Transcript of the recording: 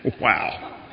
Wow